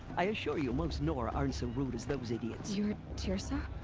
i assure you most nora aren't so rude as those idiots. you're. teersa?